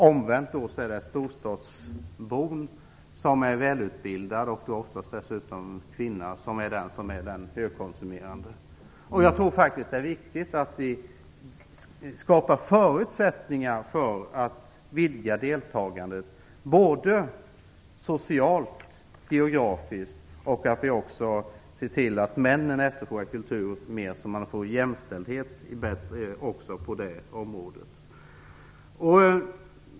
Omvänt är storstadsbon som är välutbildad och dessutom kvinna som är högkonsumerande. Jag tror att det viktigt att man skapar förutsättningar för att vidga deltagandet, både socialt och geografiskt. Vi skall också se till att männen börjar efterfråga mer kultur så att vi får jämställdhet även på det området.